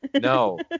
No